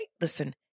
Listen